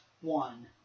one